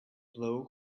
blow